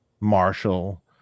marshall